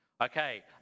Okay